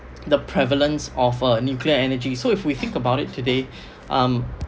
the prevalence of a nuclear energy so if we think about it today um